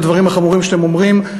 הדברים החמורים שאתם אומרים,